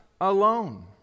alone